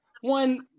one